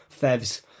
Fevs